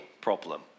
problem